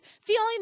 feeling